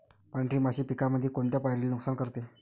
पांढरी माशी पिकामंदी कोनत्या पायरीले नुकसान करते?